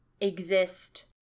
exist